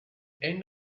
end